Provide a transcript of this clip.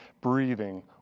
breathing